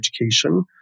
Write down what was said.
education